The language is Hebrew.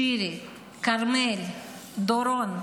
שירי, כרמל, דורון,